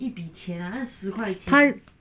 tim~